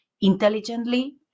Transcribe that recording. intelligently